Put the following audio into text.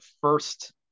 first